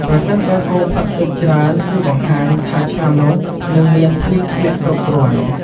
ប្រសិនបើគោផឹក ទឹក ច្រើន គឺបង្ហាញថាឆ្នាំនោះនឹងមានភ្លៀងធ្លាក់គ្រប់គ្រាន់។